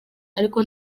ariko